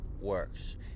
works